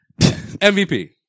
MVP